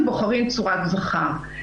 אנחנו בוחרים צורת זכר.